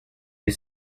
you